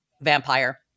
vampire